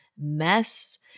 mess